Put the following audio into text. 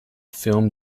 film